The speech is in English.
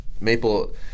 maple